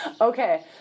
Okay